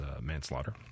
manslaughter